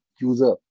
user